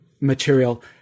material